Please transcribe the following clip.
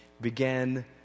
began